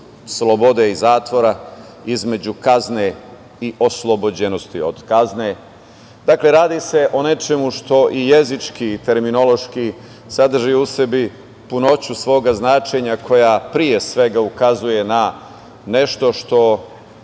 slobode i zatvora, između kazne i oslobođenosti od kazne. Dakle, radi se o nečemu što i jezički i terminološki sadrži u sebi punoću svoga značenja koja, pre svega, ukazuje na nešto što